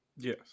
Yes